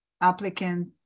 applicant